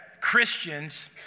Christians